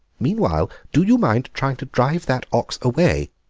meanwhile, do you mind trying to drive that ox away?